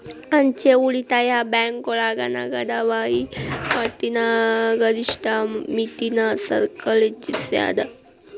ಅಂಚೆ ಉಳಿತಾಯ ಬ್ಯಾಂಕೋಳಗ ನಗದ ವಹಿವಾಟಿನ ಗರಿಷ್ಠ ಮಿತಿನ ಸರ್ಕಾರ್ ಹೆಚ್ಚಿಸ್ಯಾದ